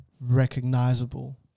recognizable